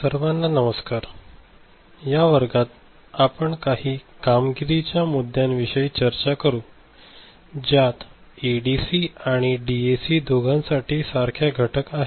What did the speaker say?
सर्वांना नमस्कार या वर्गात आपण काही कामगिरीच्या मुद्द्यांविषयी चर्चा करू ज्यात एडीसी आणि डीएसी दोघांसाठी सारख्या घटक आहेत